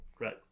Right